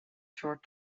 short